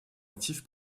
actif